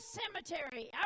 cemetery